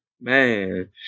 man